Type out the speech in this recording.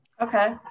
Okay